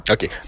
Okay